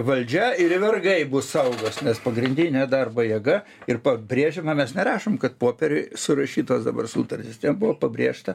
valdžia ir vergai mus saugos nes pagrindinė darbo jėga ir pabrėžiama mes nerašom kad popieriuj surašytos dabar sutartys ten buvo pabrėžta